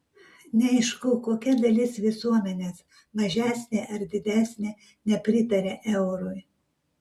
neaišku kokia dalis visuomenės mažesnė ar didesnė nepritaria eurui